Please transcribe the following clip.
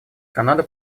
канада